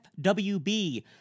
FWB